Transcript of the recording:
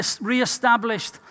reestablished